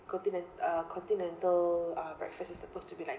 continen~ uh continental uh breakfast is supposed to be like